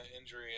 injury